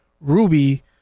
Ruby